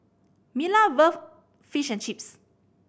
Fish and Chips